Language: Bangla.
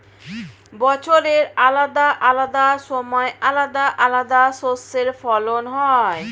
বছরের আলাদা আলাদা সময় আলাদা আলাদা শস্যের ফলন হয়